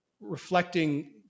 reflecting